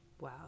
Wow